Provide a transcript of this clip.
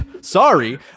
Sorry